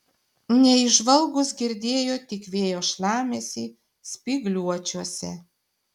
neįžvalgūs girdėjo tik vėjo šlamesį spygliuočiuose